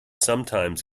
sometimes